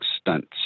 stunts